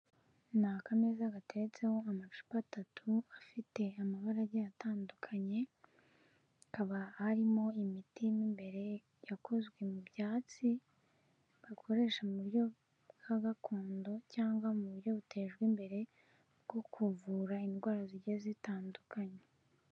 Ni akameza gateretseho amacupa atatu afite amabara agiye atandukanye hakaba harimo imiti imbere yakozwe mu byatsi bakoresha mu buryo bwa gakondo, cyangwa mu buryo butejwe imbere bwo kuvura indwara zigiye zitandukanye.